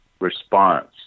response